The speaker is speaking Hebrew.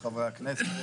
שלום לכל חברי הכנסת,